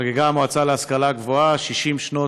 חבר הכנסת עודד פורר, בבקשה, אדוני.